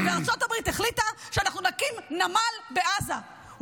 וארצות הברית החליטה שאנחנו נקים נמל בעזה,